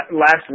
Last